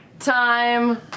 Time